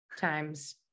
times